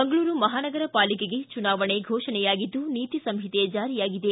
ಮಂಗಳೂರು ಮಹಾ ನಗರಪಾಲಿಕೆಗೆ ಚುನಾವಣೆ ಘೋಷಣೆಯಾಗಿದ್ದು ನೀತಿ ಸಂಹಿತೆ ಜಾರಿಯಾಗಿದೆ